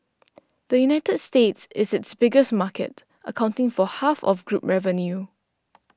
the United States is its biggest market accounting for half of group revenue